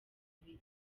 ibiri